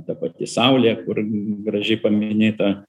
ta pati saulė kur gražiai paminėta